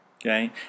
okay